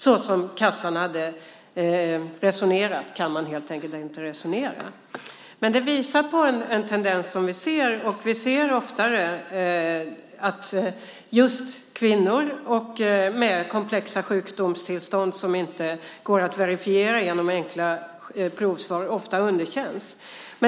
Såsom kassan har resonerat går det inte att resonera. Det här visar på en tendens. Vi ser oftare att kvinnor med komplexa sjukdomstillstånd som inte går att verifiera med hjälp av enkla provsvar ofta underkänns.